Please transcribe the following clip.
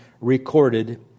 recorded